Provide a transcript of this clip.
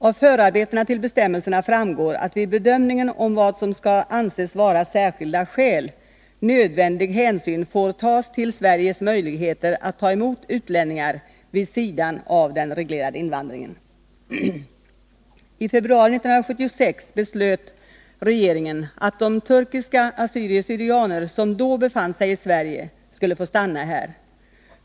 Av förarbetena till bestämmelsen framgår att vid bedömningen av vad som skall anses vara ”särskilda skäl” nödvändig hänsyn får tas till Sveriges möjligheter att ta emot utlänningar vid sidan av den reglerade invandringen. I februari 1976 beslöt regeringen att de turkiska assyrier/syrianer som då befann sig i Sverige skulle få stanna här.